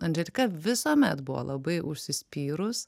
anželika visuomet buvo labai užsispyrus